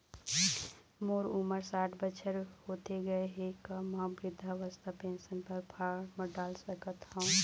मोर उमर साठ बछर होथे गए हे का म वृद्धावस्था पेंशन पर फार्म डाल सकत हंव?